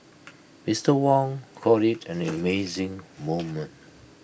Mister Wong called IT an amazing moment